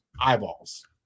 Eyeballs